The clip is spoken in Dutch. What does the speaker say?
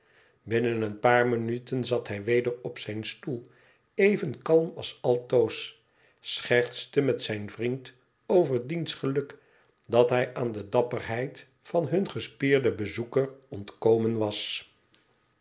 binnen een paar minuten zat hij weder op zijn stoel even kalm als altoos schertste met zijn vriend over diens geluk dat hij aan de dapperheid van hun gespierden bezoeker ontkomen was